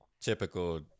typical